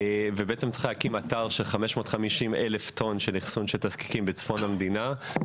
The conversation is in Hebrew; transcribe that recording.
וצריך להקים אתר של 550 אלף טון של אחסון של תזקיקים בצפון המדינה.